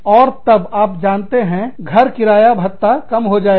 और तब आप जानते हैं घर किराया भत्ता कम हो जाएगा